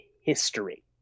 history